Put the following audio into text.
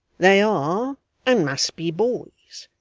they are and must be boys,